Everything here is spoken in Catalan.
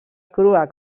croat